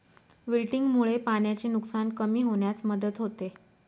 विल्टिंगमुळे पाण्याचे नुकसान कमी होण्यास मदत होते